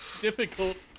difficult